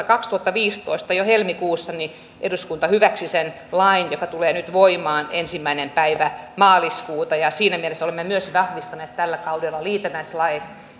kaksituhattaviisitoista jo helmikuussa eduskunta hyväksyi sen lain joka tulee nyt voimaan ensimmäinen päivä maaliskuuta ja siinä mielessä olemme myös vahvistaneet tällä kaudella liitännäislait